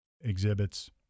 exhibits